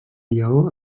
lleó